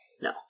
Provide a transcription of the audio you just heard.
No